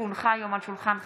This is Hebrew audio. כי הונחו היום על שולחן הכנסת,